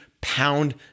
pound